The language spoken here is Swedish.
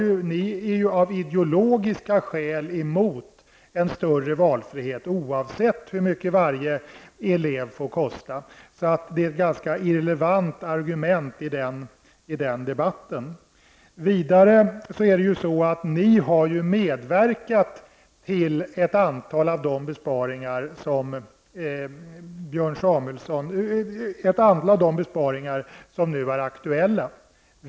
Ni är ju av ideologiska skäl emot en större valfrihet, oavsett hur mycket varje elev får kosta. Det är därför ett ganska irrelevant argument i den här debatten. Vänsterpartiet har vidare medverkat till ett antal av de besparingar som nu är aktuella.